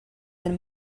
and